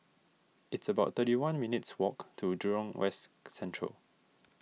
it's about thirty one minutes' walk to Jurong West Central